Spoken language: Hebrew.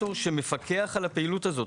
רגולטור שמפקח על הפעילות הזו,